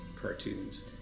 cartoons